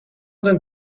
than